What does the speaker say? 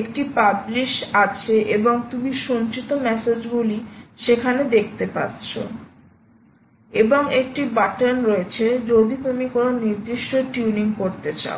একটি পাবলিশ আছে এবং তুমি সঞ্চিত মেসেজ গুলি সেখানে দেখতে পাচ্ছো এবং একটি বাটন রয়েছে যদি তুমি কোন নির্দিষ্ট টিউনিং করতে চাও